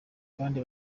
kandi